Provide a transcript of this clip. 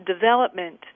development